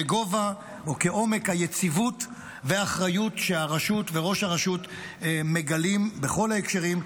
כעומק היציבות והאחריות שהרשות וראש הרשות מגלים בכל ההקשרים,